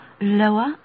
lower